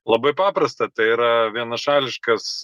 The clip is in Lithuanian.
labai paprasta tai yra vienašališkas